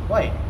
why